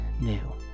new